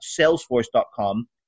Salesforce.com